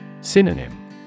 Synonym